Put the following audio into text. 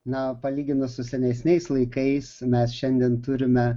na palyginus su senesniais laikais mes šiandien turime